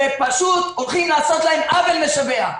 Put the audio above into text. ופשוט הולכים לעשות להם עוול משווע.